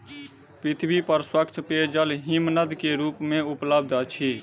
पृथ्वी पर स्वच्छ पेयजल हिमनद के रूप में उपलब्ध अछि